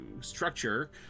structure